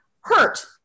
hurt